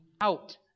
out